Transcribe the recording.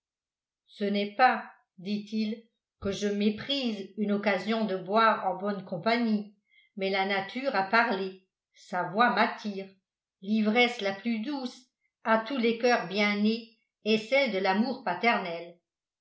ce n'est pas dit-il que je méprise une occasion de boire en bonne compagnie mais la nature a parlé sa voix m'attire l'ivresse la plus douce à tous les coeurs bien nés est celle de l'amour paternel